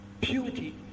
purity